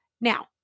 Now